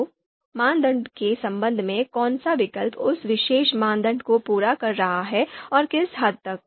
तो मानदंड के संबंध में कौन सा विकल्प उस विशेष मानदंड को पूरा कर रहा है और किस हद तक